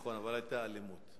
נכון, אבל היתה אלימות.